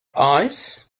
eyes